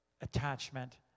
attachment